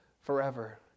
forever